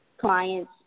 clients